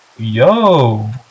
Yo